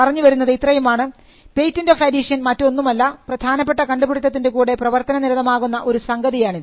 പറഞ്ഞുവരുന്നത് ഇത്രയുമാണ് patent of addition മറ്റൊന്നുമല്ല പ്രധാനപ്പെട്ട കണ്ടുപിടുത്തത്തിൻറെ കൂടെ പ്രവർത്തനനിരതമാകുന്ന ഒരു സംഗതിയാണിത്